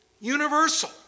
universal